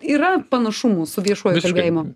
yra panašumų su viešuoju kalbėjimu